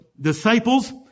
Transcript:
disciples